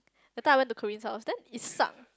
that time I went to Corinne's house then it suck